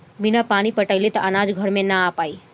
बिना पानी पटाइले त अनाज घरे ना आ पाई